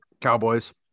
Cowboys